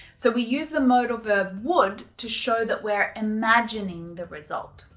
so we use the modal verb would to show that we're imagining the result.